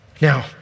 Now